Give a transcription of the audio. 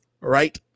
right